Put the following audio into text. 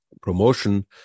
promotion